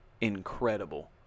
incredible